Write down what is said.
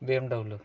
BMW